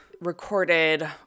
recorded